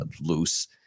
loose